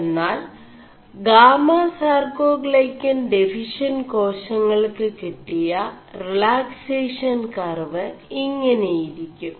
എMാൽ ഗാമസാർേ ാൈø ൻ െഡഫിഷç ് േകാശÆൾ ് കിƒിയ റിലാക്േസഷൻ കർവ് ഇÆെനയിരി ും